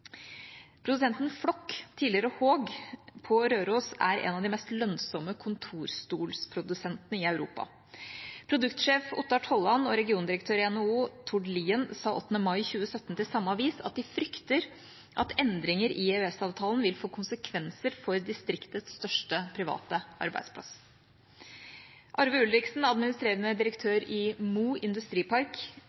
Produsenten Flokk, tidligere HÅG, på Røros er en av de mest lønnsomme kontorstolprodusentene i Europa. Produktsjef Ottar Tollan og regiondirektør i NHO Tord Lien sa 8. mai 2017 til samme avis at de frykter at endringer i EØS-avtalen vil få konsekvenser for distriktets største private arbeidsplass. Arve Ulriksen, administrerende direktør i Mo industripark,